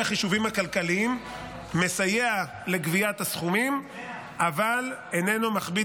החישובים הכלכליים מסייע לגביית הסכומים אבל איננו מכביד